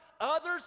others